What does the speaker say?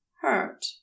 hurt